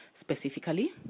specifically